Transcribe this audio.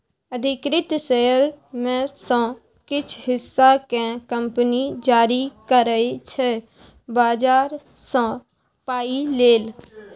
अधिकृत शेयर मे सँ किछ हिस्सा केँ कंपनी जारी करै छै बजार सँ पाइ लेल